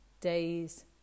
days